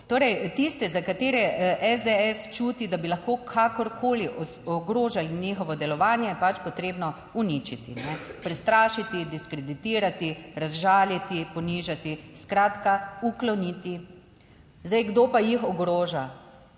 Torej tiste, za katere SDS čuti, da bi lahko kakorkoli ogrožali njihovo delovanje, je pač potrebno uničiti, prestrašiti, diskreditirati, razžaliti, ponižati, skratka ukloniti. Zdaj kdo pa jih ogroža?